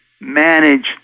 manage